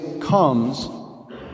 comes